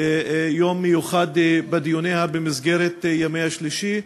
לכך יום מיוחד בדיוניה במסגרת ימי שלישי.